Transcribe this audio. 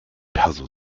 perso